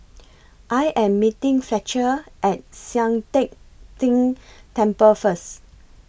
I Am meeting Fletcher At Sian Teck Tng Temple First